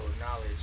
knowledge